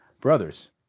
brothers